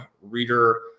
reader